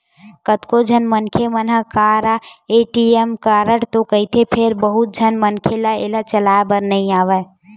कतको झन मनखे मन करा ए.टी.एम कारड तो रहिथे फेर बहुत झन मनखे ल एला चलाए बर नइ आवय